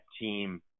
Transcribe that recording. team